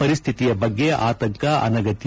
ಪರಿಸ್ಡಿತಿಯ ಬಗ್ಗೆ ಆತಂಕ ಅನಗತ್ಯ